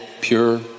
pure